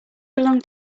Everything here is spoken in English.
belong